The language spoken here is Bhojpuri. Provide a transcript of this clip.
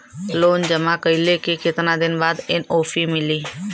लोन जमा कइले के कितना दिन बाद एन.ओ.सी मिली?